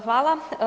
Hvala.